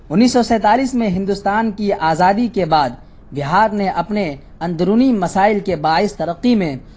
انیس سو سینتالیس میں ہندوستان کی آزادی کے بعد بہار نے اپنے اندرونی مسائل کے باعث ترقی میں